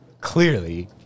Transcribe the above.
clearly